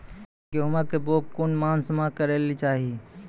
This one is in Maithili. गेहूँमक बौग कून मांस मअ करै लेली चाही?